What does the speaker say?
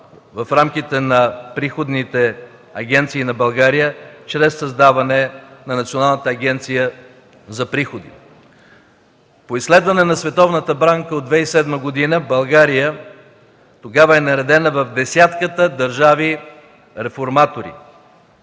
в рамките на приходните агенции на България чрез създаване на Националната агенция за приходите; по изследване на Световната банка от 2007 г. България тогава е наредена в десятката държави реформатори,